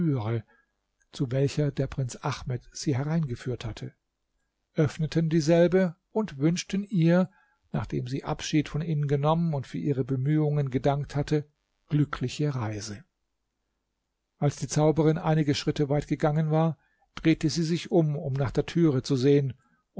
zu welcher der prinz ahmed sie hereingeführt hatte öffneten dieselbe und wünschten ihr nachdem sie abschied von ihnen genommen und für ihre bemühungen gedankt hatte glückliche reise als die zauberin einige schritte weit gegangen war drehte sie sich um um nach der türe zu sehen